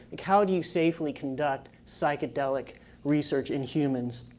like how do you safely conduct psychedelic research in humans?